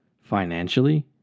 Financially